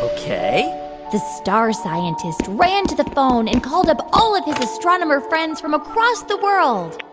ok the star scientist ran to the phone and called up all of his astronomer friends from across the world.